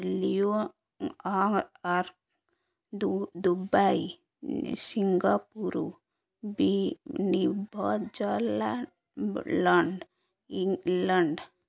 New York Dubai Singapore New Zealand England